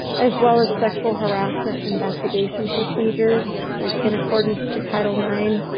as well as sexual harassment investigation procedures in accordance to title nine.